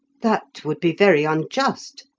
that would be very unjust,